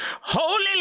Holy